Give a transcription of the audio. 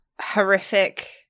horrific